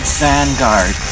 vanguard